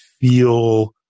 feel